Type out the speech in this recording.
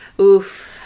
Oof